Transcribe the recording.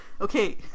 Okay